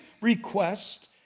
request